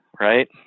right